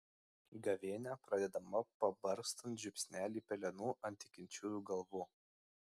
gavėnia pradedama pabarstant žiupsnelį pelenų ant tikinčiųjų galvų